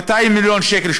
200 מיליון שקל,